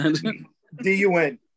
D-U-N